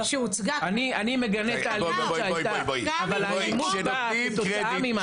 אני מגנה את האלימות שהייתה אבל האלימות באה כתוצאה ממשהו.